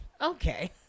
okay